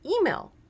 email